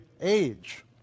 age